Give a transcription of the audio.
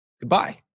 goodbye